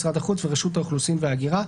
משרד החוץ ורשות האוכלוסין וההגירה,